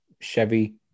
Chevy